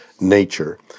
nature